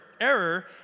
error